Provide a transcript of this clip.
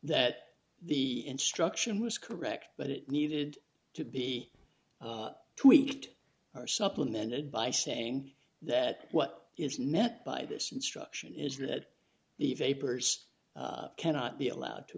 that the instruction was correct but it needed to be tweaked or supplemented by saying that what is meant by this instruction is that the vapors cannot be allowed to